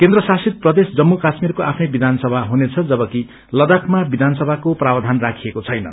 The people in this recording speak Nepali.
केन्द्र शासित प्रदेश जम्मू काश्मीरको आफ्नै विधानसभा हुनेछ जबक लद्दाखमा विधानसभाको प्रावधान राखिकरो छैन